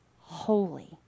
holy